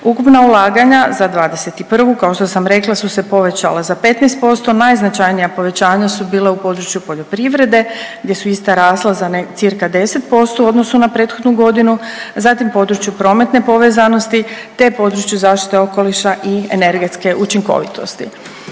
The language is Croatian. Ukupna ulaganja za '21. kao što sam rekla su se povećala za 15%. Najznačajnija povećanja su bila u području poljoprivrede gdje su ista rasla za cca 10% u odnosu prethodnu godinu. Zatim području prometne povezanosti te području zaštite okoliša i energetske učinkovitosti.